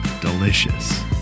delicious